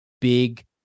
big